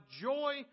joy